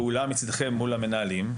לנקוט פעולה קודם כל מול המנהלים,